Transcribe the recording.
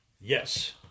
Yes